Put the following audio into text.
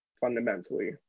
fundamentally